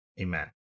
Amen